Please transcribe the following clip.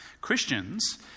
Christians